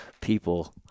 People